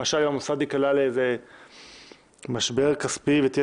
למשל אם המוסד ייקלע למשבר כספי ותהיה